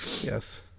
yes